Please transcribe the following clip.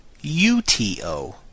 U-T-O